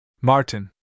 Martin